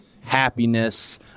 Happiness